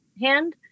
hand